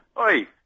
Oi